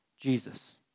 Jesus